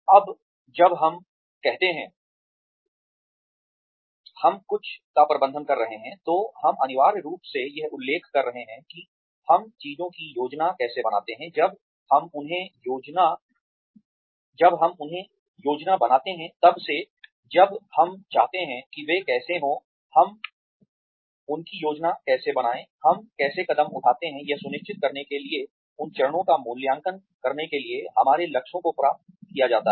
अब जब हम कहते हैं हम कुछ का प्रबंधन करते हैं तो हम अनिवार्य रूप से यह उल्लेख कर रहे हैं कि हम चीजों की योजना कैसे बनाते हैं जब हम उन्हें योजना बनाते हैं तब से जब हम चाहते हैं कि वे कैसे हों हम उनकी योजना कैसे बनाएं हम कैसे कदम उठाते हैं यह सुनिश्चित करने के लिए उन चरणों का मूल्यांकन करने के लिए हमारे लक्ष्यों को प्राप्त किया जाता है